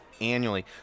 annually